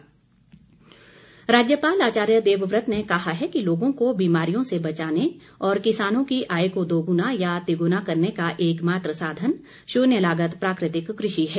राज्यपाल राज्यपाल आचार्य देवव्रत ने कहा है कि लोगों को बीमारियों से बचाने और किसानों की आय को दोगुना या तिगुना करने का एकमात्र साधन शुन्य लागत प्राकृतिक कृषि है